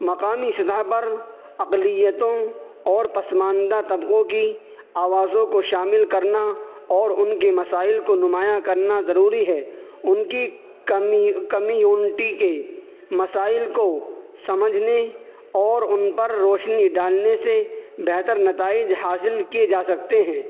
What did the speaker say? مقامی سطح پر اقلیتیوں اور پسماندہ طبقوں کی آوازوں کو شامل کرنا اور ان کے مسائل کو نمایاں کرنا ضروری ہے ان کی کمی کمیونٹی کے مسائل کو سمجھنے اور ان پر روشنی ڈالنے سے بہتر نتائج حاصل کئے جا سکتے ہیں